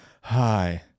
Hi